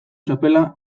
txapela